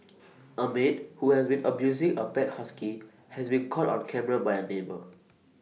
A maid who has been abusing A pet husky has been caught on camera by A neighbour